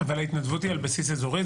אבל ההתנדבות היא על בסיס אזורי?